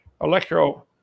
electro